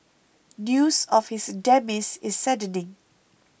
news of his demise is saddening